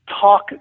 talk